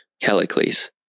Callicles